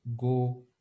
go